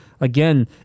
again